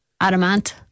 Adamant